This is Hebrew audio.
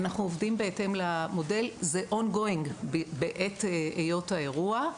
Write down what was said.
אנחנו עובדים בהתאם למודל זה תוך כדי בעת היות האירוע.